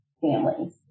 families